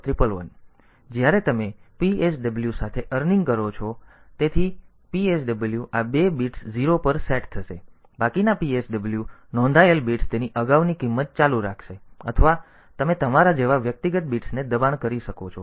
તેથી જ્યારે તમે PSW સાથે અનેિંગ કરો છો તેથી PSW આ બે બિટ્સ 0 પર સેટ થશે બાકીના PSW નોંધાયેલ બિટ્સ તેની અગાઉની કિંમત ચાલુ રાખશે અથવા તમે તમારા જેવા વ્યક્તિગત બિટ્સને દબાણ કરી શકો છો